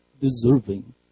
deserving